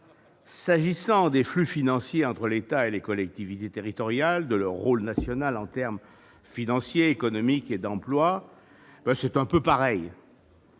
S'agissant des flux financiers entre l'État et les collectivités territoriales et de leur rôle national en matière financière, économique et d'emploi, il en va un peu de